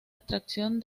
extracción